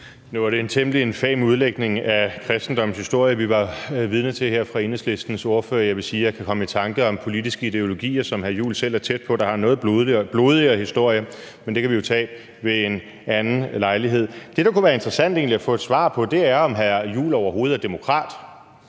var det en temmelig infam udlægning af kristendommens historie, vi var vidne til her fra Enhedslistens ordfører. Jeg vil sige, at jeg kan komme i tanker om politiske ideologier, som hr. Christian Juhl selv er tæt på, der har en noget blodigere historie, men det kan vi jo tage ved en anden lejlighed. Det, der egentlig kunne være interessant at få svar på, er, om hr. Christian Juhl overhovedet er demokrat,